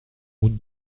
route